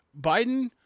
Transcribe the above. Biden